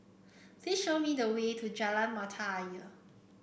please show me the way to Jalan Mata Ayer